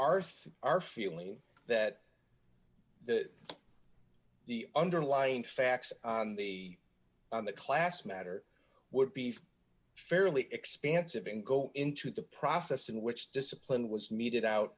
our feeling that the the underlying facts on the on the class matter would be fairly expansive and go into the process in which discipline was meted out